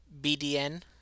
BDN